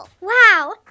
Wow